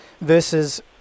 versus